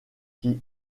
qui